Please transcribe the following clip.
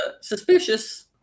suspicious